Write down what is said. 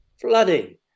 flooding